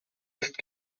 ist